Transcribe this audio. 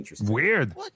Weird